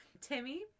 Timmy